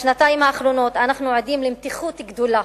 בשנתיים האחרונות אנחנו עדים למתיחות גדולה